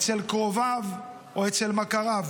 אצל קרוביו או אצל מכריו.